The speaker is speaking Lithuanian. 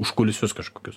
užkulisius kažkokius